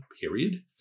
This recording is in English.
period